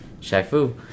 Shaq-Fu